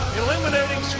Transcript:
eliminating